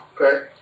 Okay